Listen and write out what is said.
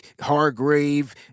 Hargrave